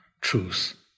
truth